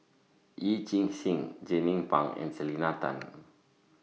Yee Chia Hsing Jernnine Pang and Selena Tan